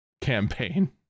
campaign